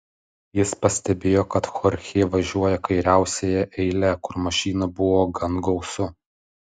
jis pastebėjo kad chorchė važiuoja kairiausiąja eile kur mašinų buvo gan gausu